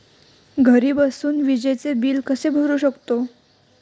घरी बसून विजेचे बिल कसे भरू शकतो?